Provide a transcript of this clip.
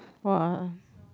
!wah!